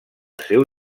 seu